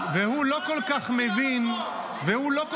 מה אתה מצביע